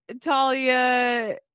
Talia